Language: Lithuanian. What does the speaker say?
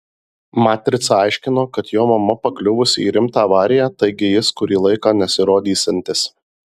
matrica aiškino kad jo mama pakliuvusi į rimtą avariją taigi jis kurį laiką nesirodysiantis